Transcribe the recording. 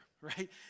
right